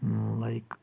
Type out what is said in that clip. like